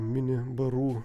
mini barų